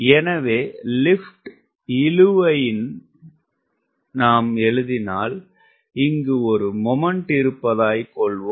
எனவே லிப்ட் இழுவையினை நாம் எழுதினால் இங்கு ஒரு மொமென்ட் இருப்பதாய்க் கொள்வோம்